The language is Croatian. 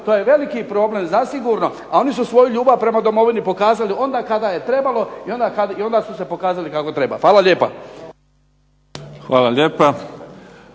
to je veliki problem zasigurno, a oni su svoju ljubav prema Domovini pokazali onda kada je trebalo i onda su se pokazali kako treba. Hvala lijepa. **Mimica,